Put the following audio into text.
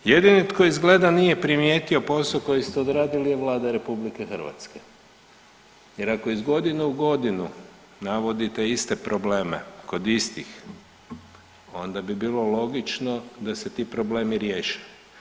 Jedini tko izgleda nije primijetio posao koji ste odradili je Vlada RH jer ako iz godine u godinu navodite iste probleme kod istih onda bi bilo logično da se ti problemi riješe.